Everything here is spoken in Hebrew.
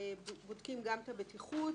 בודקים גם את הבטיחות?.